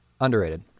Underrated